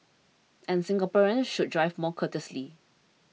and Singaporeans should drive more courteously